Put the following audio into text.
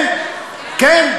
כן?